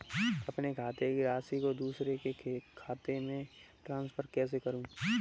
अपने खाते की राशि को दूसरे के खाते में ट्रांसफर कैसे करूँ?